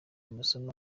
amasomo